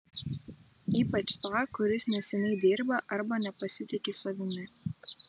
ypač tą kuris neseniai dirba arba nepasitiki savimi